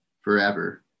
forever